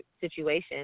situation